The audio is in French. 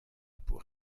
pour